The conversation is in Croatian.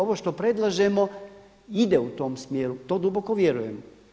Ovo što predlažemo ide u tom smjeru, to duboko vjerujem.